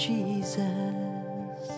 Jesus